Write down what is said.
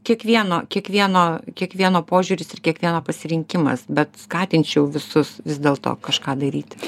kiekvieno kiekvieno kiekvieno požiūris ir kiekvieno pasirinkimas bet skatinčiau visus vis dėlto kažką daryti